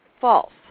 False